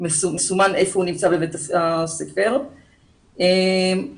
שמצוין איפה נמצא בבית הספר מטף כיבוי האש.